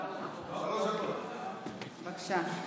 --- בבקשה.